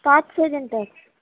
پانچ چھ دِن تک